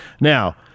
Now